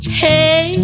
hey